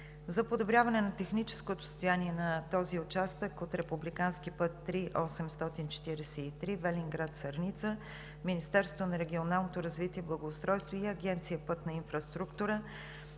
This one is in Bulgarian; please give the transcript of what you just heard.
За подобряване на техническото състояние на този участък от републикански път III-843 Велинград – Сърница, Министерството на регионалното развитие и благоустройството и Агенция „Пътна инфраструктура“